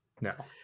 no